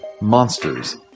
Monsters